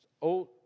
old